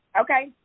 Okay